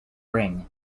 ring